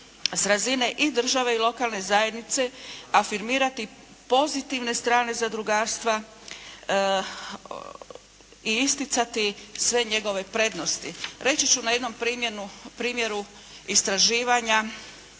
s razine i države i lokalne zajednice afirmirati pozitivne strane zadrugarstva i isticati sve njegove prednosti. Reći ću na jednom primjeru istraživanja